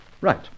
Right